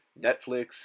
Netflix